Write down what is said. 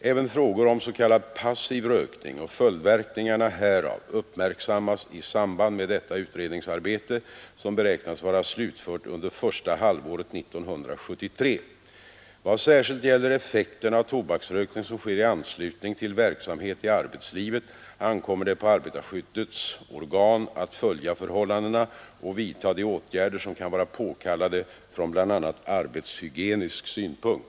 Även frågor om s.k. passiv rökning och följdverkningar härav uppmärksammas i samband med detta utredningsarbete, som beräknas vara slutfört under första halvåret 1973. Vad särskilt gäller effekterna av tobaksrökning som sker i anslutning till verksamhet i arbetslivet ankommer det på arbetarskyddets organ att följa förhållandena och vidta de åtgärder som kan vara påkallade från bl.a. arbetshygienisk synpunkt.